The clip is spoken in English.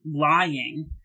lying